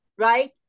right